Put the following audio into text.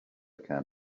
can